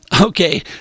Okay